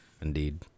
Indeed